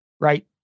right